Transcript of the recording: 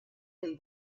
del